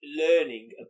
learning